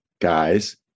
guys